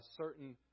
certain